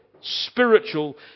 spiritual